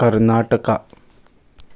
Karnataka